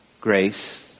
Grace